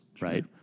right